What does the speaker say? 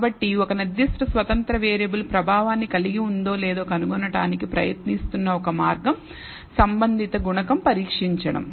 కాబట్టి ఒక నిర్దిష్ట స్వతంత్ర వేరియబుల్ ప్రభావాన్ని కలిగి ఉందో లేదో కనుగొనడానికి ప్రయత్నిస్తున్న ఒక మార్గం సంబంధిత గుణకం పరీక్షించడం